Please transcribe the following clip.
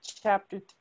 chapter